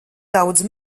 daudz